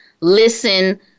listen